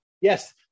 Yes